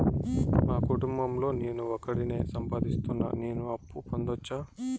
మా కుటుంబం లో నేను ఒకడినే సంపాదిస్తున్నా నేను అప్పు పొందొచ్చా